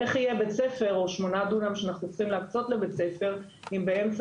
איך יהיה בית ספר או 8 דונם שאנחנו צריכים להקצות לבית ספר אם באמצע